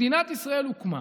מדינת ישראל הוקמה